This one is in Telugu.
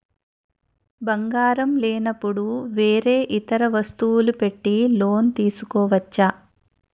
బంగారం లేనపుడు వేరే ఇతర వస్తువులు పెట్టి లోన్ తీసుకోవచ్చా?